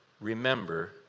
remember